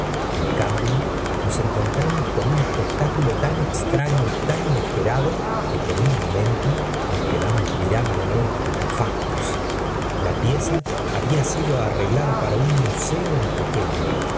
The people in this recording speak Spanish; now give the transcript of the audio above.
uí cambio nos encontramos con un espectáculo tan extraño y tan inesperado que por un momento nos quedamos mirándolo estupefactos la pieza había sido arreglada para un museo en pequeño